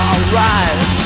Alright